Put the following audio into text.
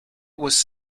was